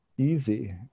Easy